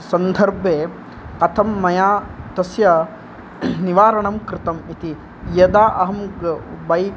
सन्दर्भे कथं मया तस्य निवारणं कृतम् इति यदा अहं बैक्